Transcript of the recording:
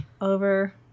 over